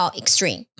extreme